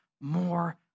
more